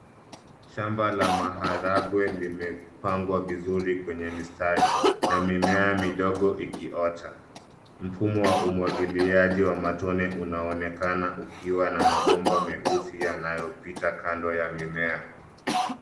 Shamba la maharagwe limepangwa vizuri kwenye mistari na mimea midogo ikiota. Mfumo wa umwagiliaji wa matone unaonekana ukiwa na mabomba meusi yanayopita kando ya mimea.